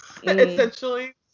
Essentially